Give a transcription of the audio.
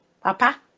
papa